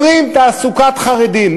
אומרים: תעסוקת חרדים,